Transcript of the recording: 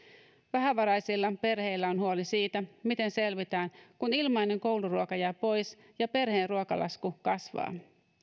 vähävaraisilla perheillä on huoli siitä miten selvitään kun ilmainen kouluruoka jää pois ja perheen ruokalasku kasvaa